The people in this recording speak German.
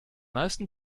meisten